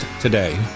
today